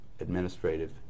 administrative